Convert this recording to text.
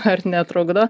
ar netrukdo